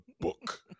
book